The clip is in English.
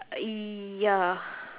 uh ya